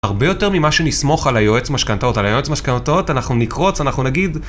הרבה יותר ממה שנסמוך על היועץ משכנתאות, על היועץ משכנתאות אנחנו נקרוץ, אנחנו נגיד...